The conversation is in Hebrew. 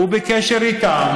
שהוא בקשר איתם,